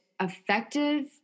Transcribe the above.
effective